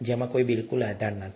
તે કરવા માટે બિલકુલ કોઈ આધાર નથી